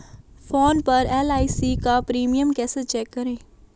Phone पर LIC का premium कैसे चेक करें?